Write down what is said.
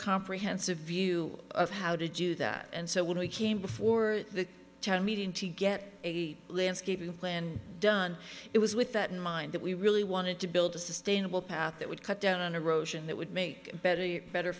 comprehensive view of how to do that and so when we came before the meeting to get a landscaping plan done it was with that in mind that we really wanted to build a sustainable path that would cut down on a roshan that would make better a better